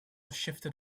shifted